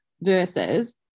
versus